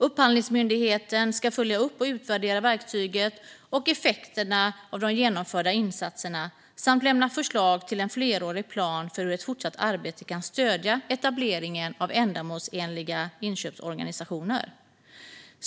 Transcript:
Upphandlingsmyndigheten ska följa upp och utvärdera verktyget och effekterna av de genomförda insatserna samt lämna förslag till en flerårig plan för hur ett fortsatt arbete kan stödja etableringen av ändamålsenliga inköpsorganisationer.